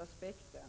Jag syftar på